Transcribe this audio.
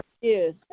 Yes